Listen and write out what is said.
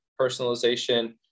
personalization